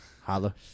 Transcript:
Holla